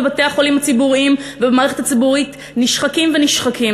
בתי-החולים הציבוריים והמערכת הציבורית נשחקים ונשחקים,